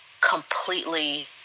completely